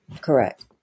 Correct